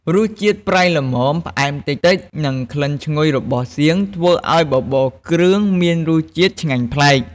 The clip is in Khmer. រសជាតិប្រៃល្មម ផ្អែមតិចៗ និងក្លិនឈ្ងុយរបស់សៀងធ្វើឱ្យបបរគ្រឿងមានរសជាតិឆ្ងាញ់ប្លែក។